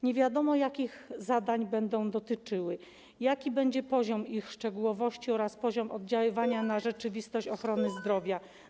Nie wiadomo, jakich zadań będą dotyczyły, jaki będzie poziom ich szczegółowości oraz jaki będzie poziom ich oddziaływania na rzeczywistość ochrony zdrowia?